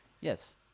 yes